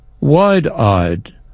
wide-eyed